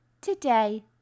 Today